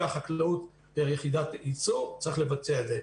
החקלאות פר יחידת ייצור צריך לבצע את זה.